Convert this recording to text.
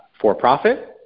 for-profit